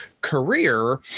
career